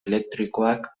elektrikoak